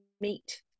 meet